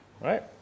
right